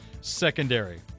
secondary